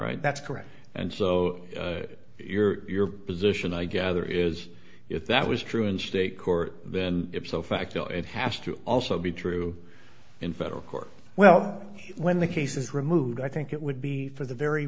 right that's correct and so your position i gather is if that was true in state court then ipso facto it has to also be true in federal court well when the case is removed i think it would be for the very